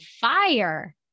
fire